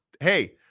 hey